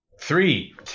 Three